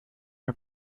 her